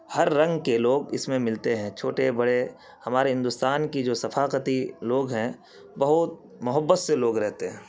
ہر رنگ کے لوگ اس میں ملتے ہیں چھوٹے بڑے ہمارے ہندوستان کی جو ثفاقتی لوگ ہیں بہت محبت سے لوگ رہتے ہیں